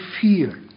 fear